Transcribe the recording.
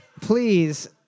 please